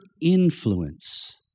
influence